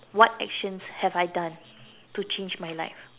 what actions have I done to change my life